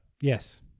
Yes